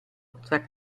tra